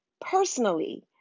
personally